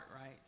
right